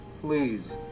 Please